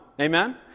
Amen